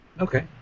Okay